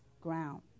ground